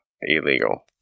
illegal